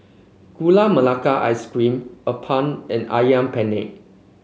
Gula Melaka Ice Cream appam and ayam penyet